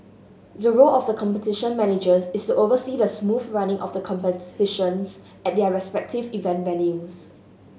the role of the Competition Managers is oversee the smooth running of the competitions at their respective event venues